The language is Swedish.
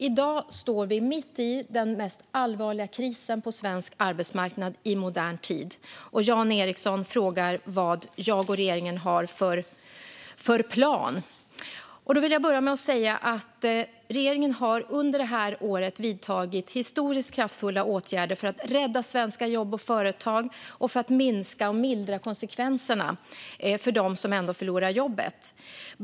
I dag står vi mitt i den mest allvarliga krisen på svensk arbetsmarknad i modern tid. Jan Ericson frågar vilken plan jag och regeringen har. Jag vill börja med att säga att regeringen under det här året har vidtagit historiskt kraftfulla åtgärder för att rädda svenska jobb och företag och för att minska och mildra konsekvenserna för dem som ändå förlorar jobbet.